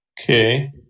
Okay